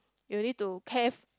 you need to care